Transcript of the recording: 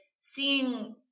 seeing